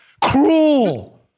Cruel